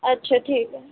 अच्छा ठीक है